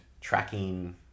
tracking